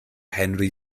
henry